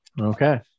Okay